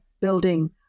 building